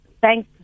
thank